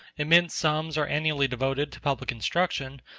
immense sums are annually devoted to public instruction,